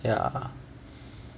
ya